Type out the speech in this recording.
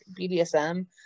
BDSM